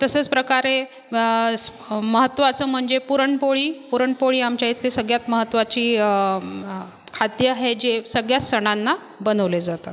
तसेच प्रकारे महत्त्वाचं म्हणजे पुरणपोळी पुरणपोळी आमच्या इथे सगळ्यात महत्त्वाचे खाद्य आहे जे सगळ्याच सणांना बनवले जातात